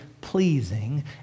pleasing